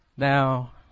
Now